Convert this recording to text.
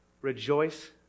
rejoice